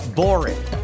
boring